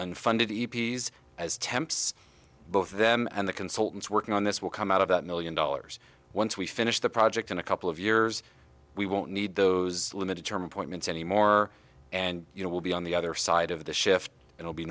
unfunded e b s as temps both of them and the consultants working on this will come out of that million dollars once we finish the project in a couple of years we won't need those limited term appointments anymore and you know will be on the other side of the shift it will be